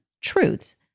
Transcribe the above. truths